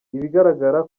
ibigaragara